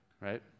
right